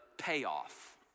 payoff